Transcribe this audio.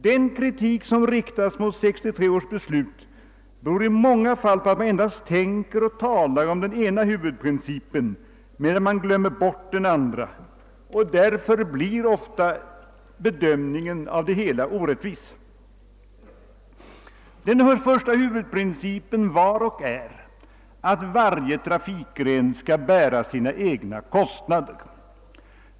Den kritik som riktas mot 1963 års beslut beror i många fall på att man endast tänker och talar om den ena huvudprincipen medan den andra glöms bort, och därför blir ofta bedömningen av det hela orättvis. Den första huvudprincipen var och är att varje trafikgren skall bära sina egna kostnader.